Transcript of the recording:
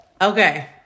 okay